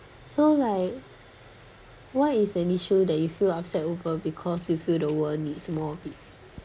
so like what is an issue that you feel upset over because you feel the world needs more of it